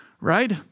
right